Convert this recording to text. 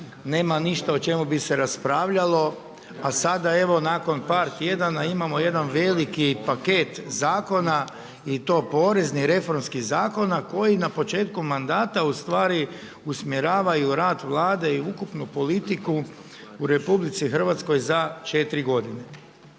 nema ništa o čemu bi se raspravljalo a sada evo nakon par tjedana imamo jedan veliki paket zakona i to poreznih, reformskih zakona koji na početku mandata u stvari usmjeravaju rad Vlade i ukupnu politiku u RH za četiri godine.